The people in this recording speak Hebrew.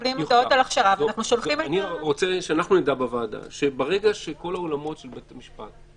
-- -אני רוצה שאנחנו נדע בוועדה שברגע שכל האולמות של בית המשפט,